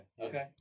okay